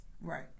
Right